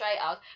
tryout